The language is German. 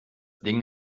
ding